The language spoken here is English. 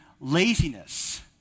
laziness